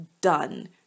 done